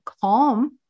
calm